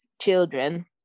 children